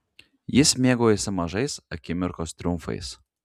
jis mėgaujasi mažais akimirkos triumfais